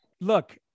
Look